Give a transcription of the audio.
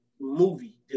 movie